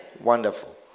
Wonderful